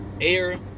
air